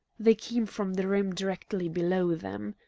they came from the room directly below them.